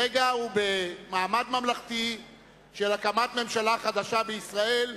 ברגע ובמעמד ממלכתי של הקמת ממשלה חדשה בישראל,